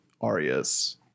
arias